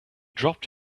dropped